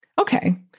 Okay